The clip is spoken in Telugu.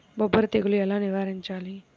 బొబ్బర తెగులు ఎలా నివారించాలి?